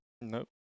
Nope